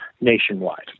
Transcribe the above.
nationwide